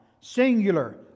singular